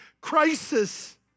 crisis